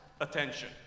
attention